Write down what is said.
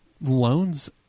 loans